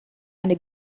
eine